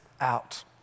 out